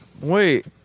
Wait